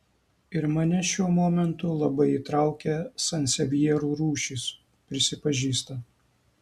ir mane šiuo momentu labai įtraukė sansevjerų rūšys prisipažįsta